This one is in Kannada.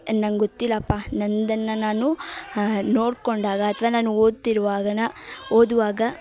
ನಂಗೆ ಗೊತ್ತಿಲ್ಲಪ್ಪ ನಂದನ್ನು ನಾನು ನೋಡ್ಕೊಂಡಾಗ ಅಥ್ವಾ ನಾನು ಓದ್ತಿರುವಾಗ ಓದುವಾಗ